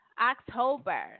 October